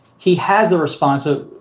he has the response ah